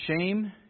Shame